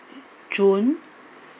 june